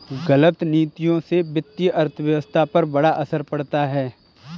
गलत नीतियों से वित्तीय अर्थव्यवस्था पर बड़ा असर पड़ता है